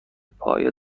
پایه